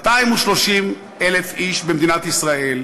230,000 איש במדינת ישראל,